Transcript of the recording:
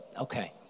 okay